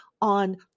on